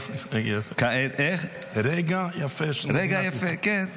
רגע יפה, כן.